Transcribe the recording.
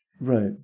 right